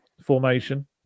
formation